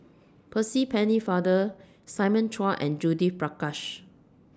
Percy Pennefather Simon Chua and Judith Prakash